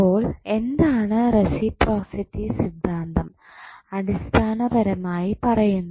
അപ്പോൾ എന്താണ് റസിപ്രോസിറ്റി സിദ്ധാന്തം അടിസ്ഥാനപരമായി പറയുന്നത്